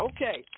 Okay